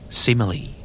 simile